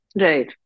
Right